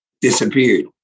disappeared